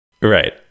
right